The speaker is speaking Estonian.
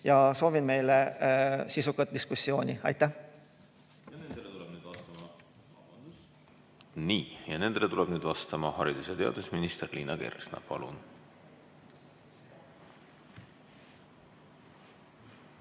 ja soovin meile sisukat diskussiooni. Aitäh! Nendele küsimustele tuleb nüüd vastama haridus- ja teadusminister Liina Kersna. Palun!